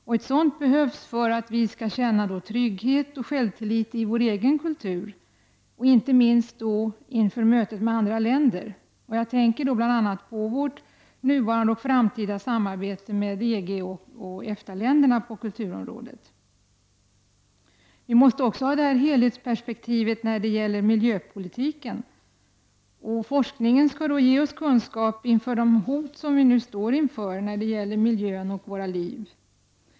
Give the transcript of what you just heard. Ett helhetsperspektiv behövs för att vi skall känna trygghet och självtillit i vår egen kultur, inte minst inför mötet med andra länder. Jag tänker bl.a. på vårt nuvarande och framtida samarbete med EG och EFTA-länderna på kulturområdet. Vi måste ha detta helhetsperspektiv också i miljöpolitiken. Forskningen skall ge oss kunskap inför de hot som vi nu står inför när det gäller miljön och våra liv.